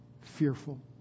fearful